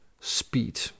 speed